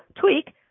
tweak